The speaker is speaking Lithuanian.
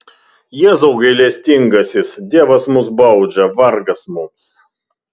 jėzau gailestingasis dievas mus baudžia vargas mums